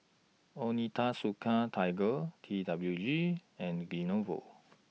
Onitsuka Tiger T W G and Lenovo